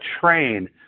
train